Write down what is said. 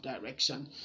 direction